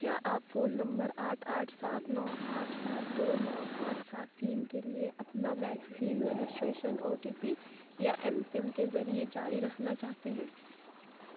کیا آپ phone number آٹھ آٹھ سات نو آٹھ سات دو نو پانچ سات تین کے لیے اپنا vaccine registration OTP یا ایم پن کے ذریعے جاری رکھنا چاہتے ہیں